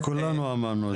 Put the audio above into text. כולנו אמרנו את זה.